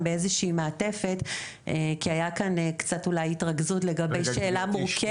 באיזושהי מעטפת כי הייתה כאן התרכזות לגבי שאלה מורכבת.